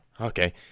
Okay